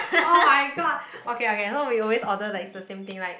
oh-my-god okay okay so we always order like it's the same thing like